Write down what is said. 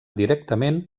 directament